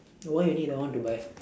why you need that one to buy